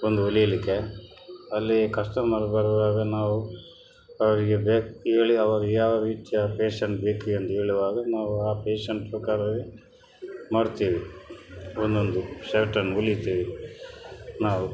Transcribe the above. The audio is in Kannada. ಒಂದು ಹೊಲಿಯಲಿಕ್ಕೆ ಅಲ್ಲಿ ಕಸ್ಟಮರ್ ಬರುವಾಗ ನಾವು ಅವರಿಗೆ ಬೇಕು ಹೇಳಿ ಅವರು ಯಾವ ರೀತಿಯ ಪೇಶನ್ ಬೇಕು ಎಂದು ಹೇಳುವಾಗ ನಾವು ಆ ಪೇಶನ್ ಪ್ರಕಾರವೇ ಮಾಡುತ್ತೇವೆ ಒಂದೊಂದು ಶರ್ಟನ್ನು ಹೊಲಿತೇವೆ ನಾವು